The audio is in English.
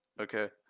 Okay